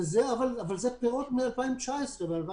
אבל זה פירות מ-2018 ו-2019,